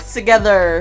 together